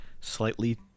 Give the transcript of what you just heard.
slightly